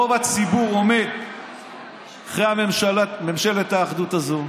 רוב הציבור עומד מאחורי ממשלת האחדות הזו.